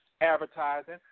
advertising